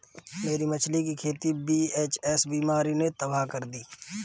मेरी मछली की खेती वी.एच.एस बीमारी ने तबाह कर दी